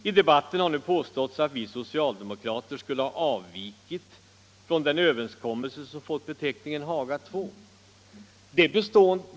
I debatten har nu påståtts att vi socialdemokrater skulle ha avvikit från den överenskommelse som fått beteckningen Haga II.